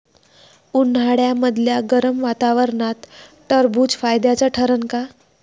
उन्हाळ्यामदल्या गरम वातावरनात टरबुज फायद्याचं ठरन का?